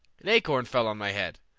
an acorn fell on my head.